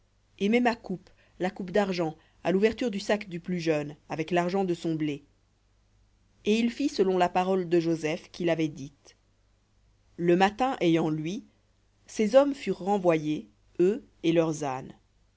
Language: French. mets ma coupe la coupe d'argent à l'ouverture du sac du plus jeune avec l'argent de son blé et il fit selon la parole de joseph qu'il avait dite le matin ayant lui ces hommes furent renvoyés eux et leurs ânes